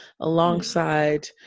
alongside